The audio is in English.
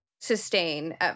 sustain